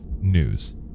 news